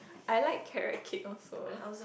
I like carrot cake also